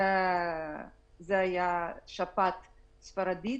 בשפעת הספרדית.